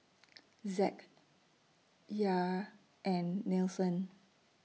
Zack Yair and Nelson